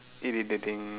irritating